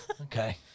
Okay